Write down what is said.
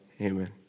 Amen